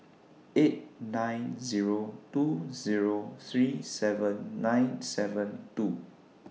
eight nine Zero two Zero three seven nine seven two